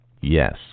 yes